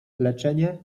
leczenie